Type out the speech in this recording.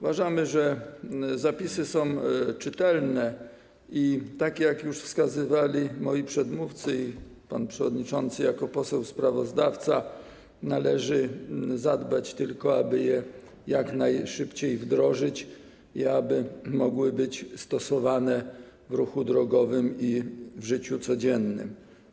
uważamy, że zapisy są czytelne i tak jak już wskazywali moi przedmówcy i pan przewodniczący jako poseł sprawozdawca, należy zadbać tylko, aby je jak najszybciej wdrożyć, aby mogły być stosowane w ruchu drogowym i w życiu codziennym.